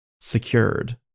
secured